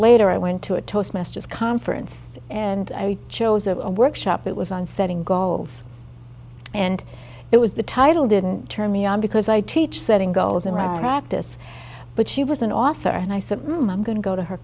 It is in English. later i went to a toastmasters conference and i chose a workshop it was on setting goals and it was the title didn't turn me on because i teach setting goals and wrap this but she was an author and i said i'm going to go to her